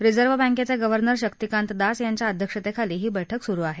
reserve बँकेचे governor Shaktikanta Das यांच्या अध्यक्षतेखाली ही बैठक सुरू आहे